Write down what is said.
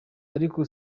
ariko